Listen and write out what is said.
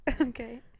okay